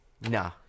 nah